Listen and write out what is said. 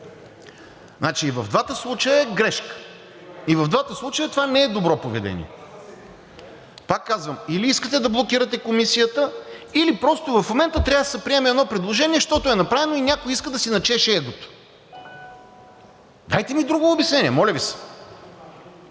Значи и в двата случая е грешка, и в двата случая това не е добро поведение. Пак казвам, или искате да блокирате Комисията, или просто в момента трябва да се приеме едно предложение, защото е направено и някой иска да си начеше егото. Дайте ми друго обяснение, моля Ви се.